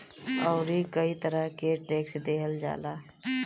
अउरी कई तरह के टेक्स देहल जाला